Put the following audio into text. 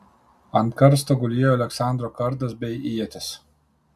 ant karsto gulėjo aleksandro kardas bei ietis